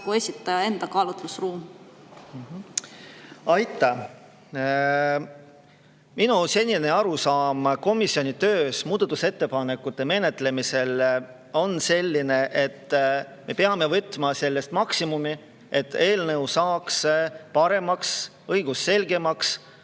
esitaja enda kaalutlusruum. Aitäh! Minu senine arusaam komisjoni tööst muudatusettepanekute menetlemisel on selline, et me peame võtma sellest maksimumi, et eelnõu saaks paremaks, õigusselgemaks,